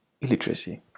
Illiteracy